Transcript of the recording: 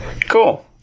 Cool